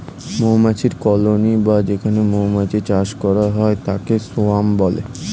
মৌমাছির কলোনি বা যেখানে মৌমাছির চাষ করা হয় তাকে সোয়ার্ম বলে